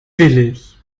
billig